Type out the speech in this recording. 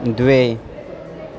द्वे